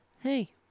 hey